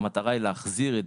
והמטרה היא להחזיר את